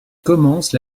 commence